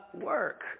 work